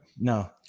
no